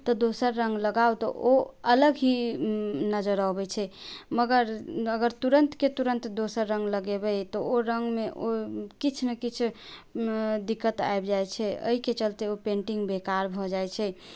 तऽ दोसर रंग लगाउ तऽ ओ अलग ही नजर अबै छै मगर अगर तुरन्त के तुरन्त दोसर रंग लगेबै तऽ ओ रंग मे ओ किछु न किछु दिक्कत आबि जाइ छै एहिके चलते ओ पेन्टिंग बेकार भऽ जाइ छै